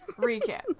recap